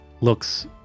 Looks